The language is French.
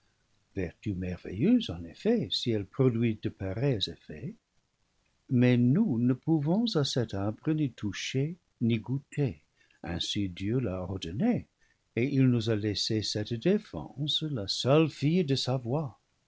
vertu merveilleuse en effet si elle produit de pareils effets mais nous ne pouvons à cet arbre ni toucher ni goûter ainsi dieu l'a ordonné et il nous a laissé cette défense la seule fille de